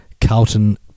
Carlton